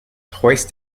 hoist